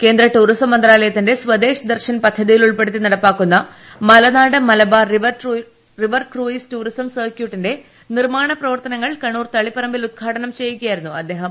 കേന്ദ്ര ടൂറിസം മന്ത്രാലയത്തിന്റെ സ്വദേശ് ദർശൻ പദ്ധതിയിൽ ഉൾപ്പെടുത്തി നടപ്പാക്കുന്ന Malanad Malabar river cruise tourism സർക്യൂട്ടിന്റെ നിർമ്മാണ പ്രവർത്തനങ്ങൾ കണ്ണൂർ തളിപറമ്പിൽ ഉദ്ഘാടനം ചെയ്യുകയായിരുന്നു അദ്ദേഹം